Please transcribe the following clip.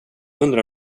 undrar